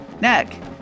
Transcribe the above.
neck